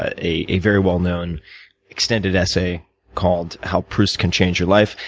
a very well known extended essay called how proust can change your life.